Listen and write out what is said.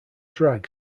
drag